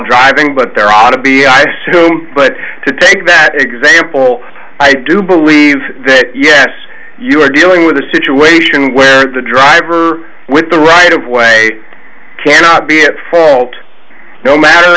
driving but there ought to be an issue but to take that example i do believe that yes you are dealing with a situation where a driver with the right of way cannot be at fault no matter